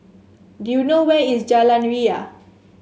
do you know where is Jalan Ria